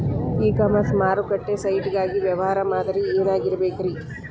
E commerce ಮಾರುಕಟ್ಟೆ site ಗಾಗಿ ವ್ಯವಹಾರ ಮಾದರಿ ಏನಾಗಿರಬೇಕ್ರಿ?